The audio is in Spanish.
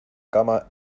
cama